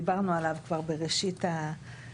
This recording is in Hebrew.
דיברנו עליו כבר בראשית הקדנציה,